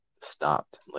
stopped